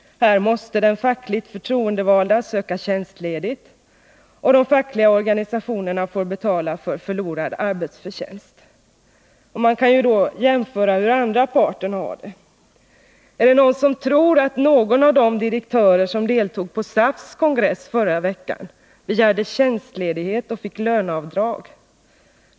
Här måste den fackligt förtroendevalde söka tjänstledigt, och de fackliga organisationerna får betala för förlorad arbetsförtjänst. Man kan jämföra med hur den andra parten har det. Är det någon som tror att någon av de direktörer som deltog i SAF:s kongress förra veckan begärde tjänstledigt och fick löneavdrag?